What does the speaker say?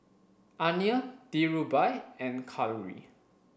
Anil Dhirubhai and Kalluri